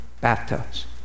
bathtubs